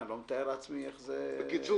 אני לא מתאר לעצמי איך זה- -- בקיצור,